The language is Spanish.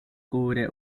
cubre